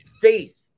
faith